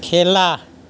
খেলা